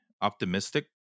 optimistic